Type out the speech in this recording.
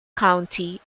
county